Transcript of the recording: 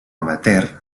amateur